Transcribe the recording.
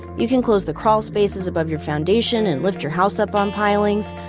you can close the crawl spaces above your foundation, and lift your house up on pilings.